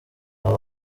aba